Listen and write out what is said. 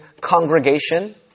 congregation